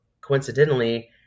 coincidentally